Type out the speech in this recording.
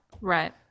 right